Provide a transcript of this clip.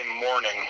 morning